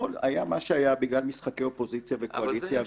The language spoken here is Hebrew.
אתמול היה מה שהיה בגלל משחקי אופוזיציה וקואליציה.